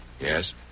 Yes